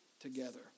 together